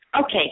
okay